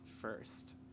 first